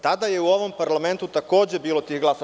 Tada je u ovom parlamentu takođe bilo tih glasova.